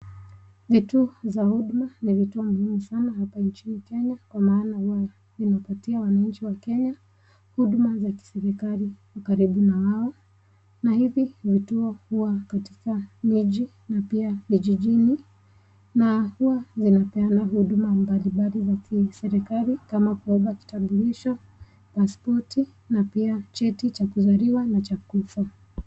Ni tuo za huduma. Ni vituo muhimu sana nchini Kenya, Maana inawapatia wananchi wa Kenya huduma za kiserikali karibu na wao na hivi vituo huwa katika miji na pia vijijini na huwa zinapeana huduma mbalimbali za kiserikali kama kuomba kitambulisho, pasipoti na pia cheti cha kuzaliwa na pia cha kufa.